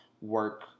work